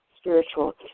spiritual